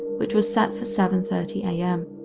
which was set for seven thirty am.